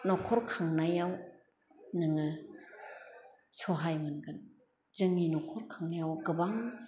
नखर खांनायाव नोङो सहाय मोनगोन जोंनि नखर खांनायाव गोबां